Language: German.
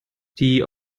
die